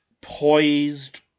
poised